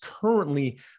currently